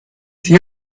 see